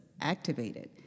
activated